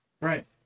Right